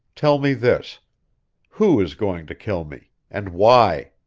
tell me this who is going to kill me, and why?